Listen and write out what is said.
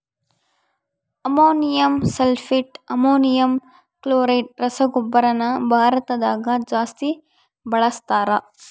ammonium sulphate, ammonium chloride ರಸಗೊಬ್ಬರನ ಭಾರತದಗ ಜಾಸ್ತಿ ಬಳಸ್ತಾರ